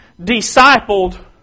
discipled